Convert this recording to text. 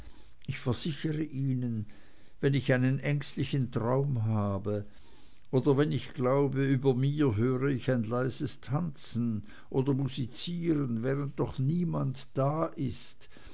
ich versichere ihnen wenn ich einen ängstlichen traum habe oder wenn ich glaube über mir hörte ich ein leises tanzen oder musizieren während doch niemand da ist